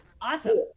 awesome